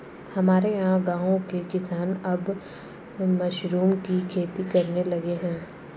हमारे यहां गांवों के किसान अब मशरूम की खेती करने लगे हैं